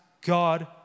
God